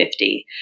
50